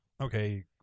okay